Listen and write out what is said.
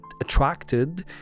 attracted